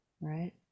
right